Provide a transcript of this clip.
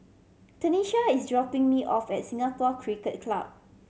Tenisha is dropping me off at Singapore Cricket Club